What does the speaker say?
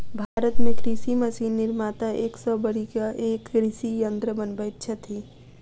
भारत मे कृषि मशीन निर्माता एक सॅ बढ़ि क एक कृषि यंत्र बनबैत छथि